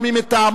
או מי מטעמו,